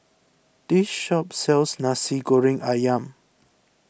this shop sells Nasi Goreng Ayam